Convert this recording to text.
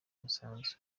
umusanzu